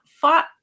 fought